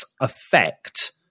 affect